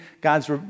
God's